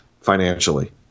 financially